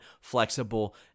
flexible